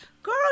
Girl